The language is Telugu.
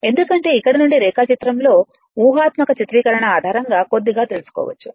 ఎందుకంటే ఇక్కడ నుండి రేఖాచిత్రంతో ఊహాత్మక చిత్రీకరణ ఆధారంగా కొద్దిగా తెలుసుకోవచ్చు